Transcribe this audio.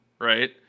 right